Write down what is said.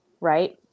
Right